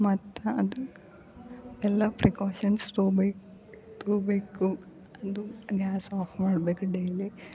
ಮತ್ತು ಅದಕ್ಕೆ ಎಲ್ಲ ಪ್ರಿಕಾಷನ್ಸ್ ತೊಬೇಕು ತೊಗೊಬೇಕ್ ಅದು ಗ್ಯಾಸ್ ಆಫ್ ಮಾಡ್ಬೇಕು ಡೈಲಿ